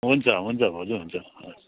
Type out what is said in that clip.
हुन्छ हुन्छ भाउजू हुन्छ हवस्